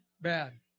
Bad